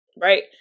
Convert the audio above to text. right